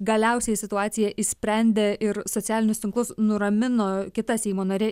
galiausiai situaciją išsprendė ir socialinius tinklus nuramino kita seimo narė